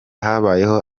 habayeho